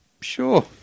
sure